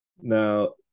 now